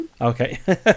okay